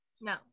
No